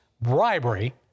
bribery